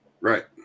Right